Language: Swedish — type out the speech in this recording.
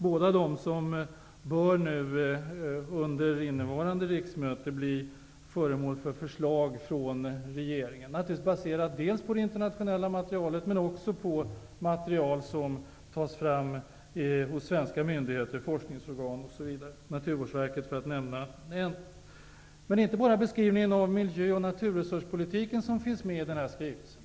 Båda dessa bör under innevarande riksmöte bli föremål för förslag från regeringen, baserat på dels det internationella materialet, dels det material som tas fram hos svenska myndigheter, forskningsorgan osv. -- Naturvårdsverket för att nämna ett. Det är inte bara beskrivningen av miljö och naturresurspolitiken som finns med i skrivelsen.